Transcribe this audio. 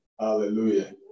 Hallelujah